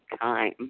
time